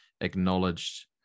acknowledged